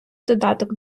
додаток